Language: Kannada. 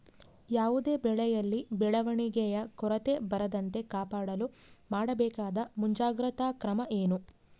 ಯಾವುದೇ ಬೆಳೆಯಲ್ಲಿ ಬೆಳವಣಿಗೆಯ ಕೊರತೆ ಬರದಂತೆ ಕಾಪಾಡಲು ಮಾಡಬೇಕಾದ ಮುಂಜಾಗ್ರತಾ ಕ್ರಮ ಏನು?